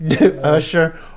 Usher